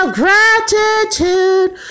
gratitude